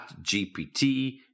GPT